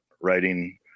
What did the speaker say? writing